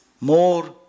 more